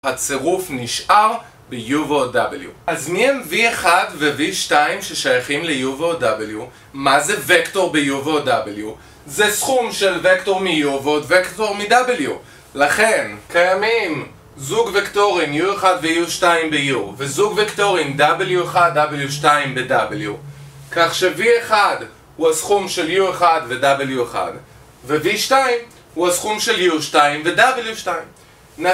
הצירוף נשאר ב-u ועוד w אז מי הם v1 ו-v2 ששייכים ל-u ועוד w? מה זה וקטור ב-u ועוד w? זה סכום של וקטור מ-u ועוד וקטור מ-w לכן קיימים זוג וקטורים u1 ו-u2 ב-u וזוג וקטורים w1 w2 ב-w כך ש-v1 הוא הסכום של u1 ו-w1 ו-v2 הוא הסכום של u2 ו-w2